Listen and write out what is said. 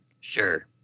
sure